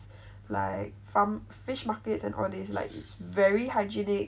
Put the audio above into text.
来 farm fish markets and all these like it's very hygienic